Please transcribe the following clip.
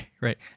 right